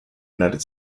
united